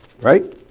right